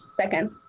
second